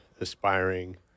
aspiring